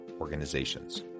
Organizations